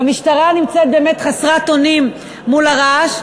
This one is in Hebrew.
והמשטרה נמצאת באמת חסרת אונים מול הרעש,